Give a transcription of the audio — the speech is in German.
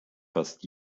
fast